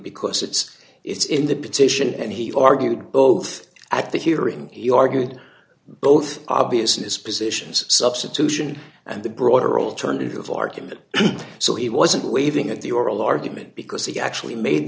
because it's it's in the petition and he argued both at the hearing he argued both obviousness positions substitution and the broader alternative argument so he wasn't waving at the oral argument because he actually made